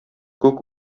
күк